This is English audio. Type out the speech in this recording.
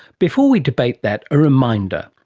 before we debate that, a reminder,